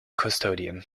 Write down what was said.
custodian